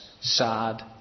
sad